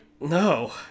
No